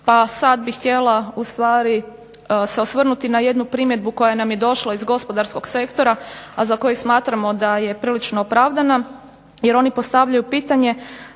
pa sada bih htjela osvrnuti na jednu primjedbu koja nam je došla iz gospodarskog sektora, a za koju smatramo da je prilično opravdana, jer oni postavljaju pitanje,